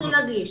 אנחנו נגיש.